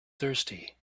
thirsty